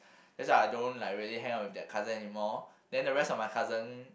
that's why I don't like really hang out with that cousin anymore then the rest of my cousins